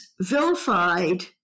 vilified